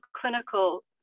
clinical